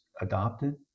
adopted